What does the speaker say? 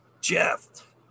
Jeff